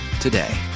today